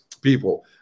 people